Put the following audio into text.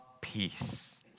Peace